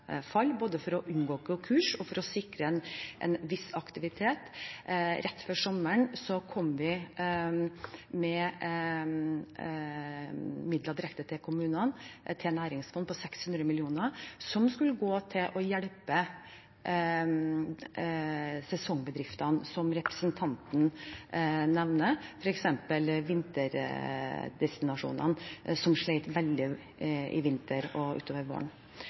både for å unngå konkurs og for å sikre en viss aktivitet. Rett før sommeren kom vi med midler direkte til kommunene, til næringsfond på 600 mill. kr som skulle gå til å hjelpe sesongbedriftene som representanten nevner, f.eks. vinterdestinasjonene som slet veldig i vinter og utover våren.